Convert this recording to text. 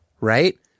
right